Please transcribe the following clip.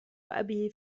أبي